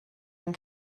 ein